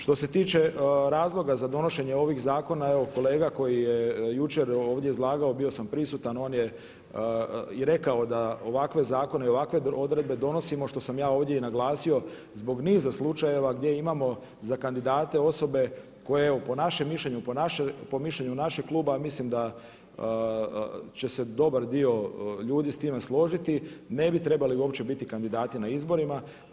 Što se tiče razloga za donošenje ovih zakona, evo kolega koji je jučer ovdje izlagao, bio sam prisutan, on je i rekao da ovakve zakone i ovakve odredbe donosimo što sam ja ovdje i naglasio zbog niza slučajeva gdje imamo za kandidate osobe koje evo po našem mišljenju, po mišljenju našeg kluba, a mislim da će se dobar dio ljudi s time složiti ne bi trebali uopće biti kandidati na izborima.